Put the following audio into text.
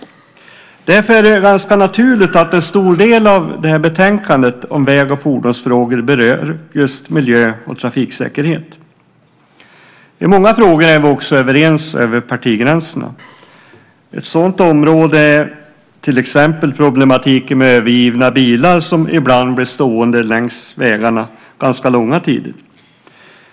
Därför är det naturligt att en stor del av betänkandet om väg och fordonsfrågor berör just miljö och trafiksäkerhet. I många frågor är vi också överens över partigränserna. Ett sådant område är till exempel problematiken med övergivna bilar som ibland blir stående längs vägarna ganska långa tider.